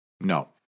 No